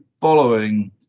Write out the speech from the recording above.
following